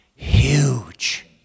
huge